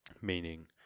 Meaning